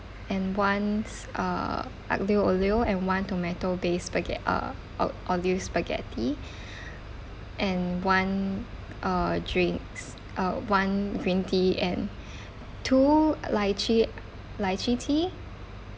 and one uh aglio olio and one tomato based spaghe~ uh o~ olive spaghetti and one uh drinks uh one green tea and two lychee lychee tea